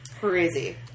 Crazy